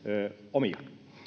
omia